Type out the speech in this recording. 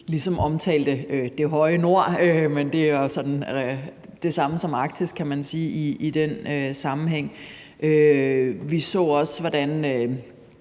ligesom omtalte det høje nord – men det er jo altså det samme som Arktis, kan man sige – i den sammenhæng. Vi så også, hvordan